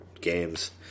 games